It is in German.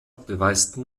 beweise